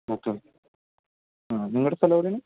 okay ആ നിങ്ങളുടെ സ്ഥലം എവിടെയാണ്